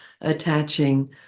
attaching